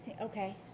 Okay